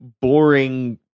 boring